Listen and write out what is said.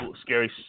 scary